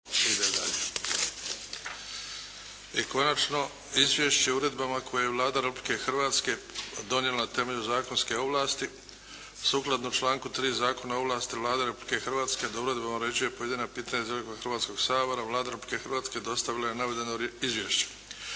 I konačno - Izvješće o uredbama koje je Vlada Republike Hrvatske donijela na temelju zakonske ovlasti Sukladno članku 3. Zakona o ovlasti, Vlada Republike Hrvatske da uredbama uređuje pojedina pitanja iz djelokruga Hrvatskoga sabora, Vlada Republike Hrvatske dostavila je navedeno izvješće.